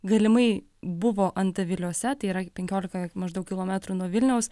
galimai buvo antaviliuose tai yra penkiolika maždaug kilometrų nuo vilniaus